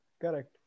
correct